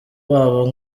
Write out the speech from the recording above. babo